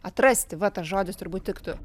atrasti va tas žodis turbūt tiktų